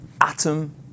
atom